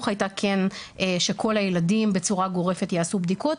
הייתה כן שכל הילדים בצורה גורפת יעשו בדיקות,